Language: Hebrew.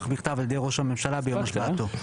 בכתב על ידי ראש הממשלה ביום השבעתו.